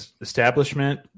establishment